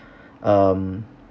um